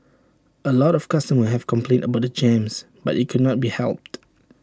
A lot of customers have complained about the jams but IT cannot be helped